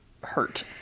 hurt